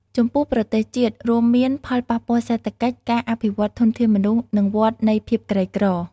ចំពោះប្រទេសជាតិ រួមមាន ផលប៉ះពាល់សេដ្ឋកិច្ច ការអភិវឌ្ឍធនធានមនុស្ស និងវដ្តនៃភាពក្រីក្រ។